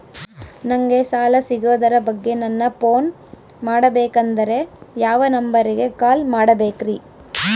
ನಂಗೆ ಸಾಲ ಸಿಗೋದರ ಬಗ್ಗೆ ನನ್ನ ಪೋನ್ ಮಾಡಬೇಕಂದರೆ ಯಾವ ನಂಬರಿಗೆ ಕಾಲ್ ಮಾಡಬೇಕ್ರಿ?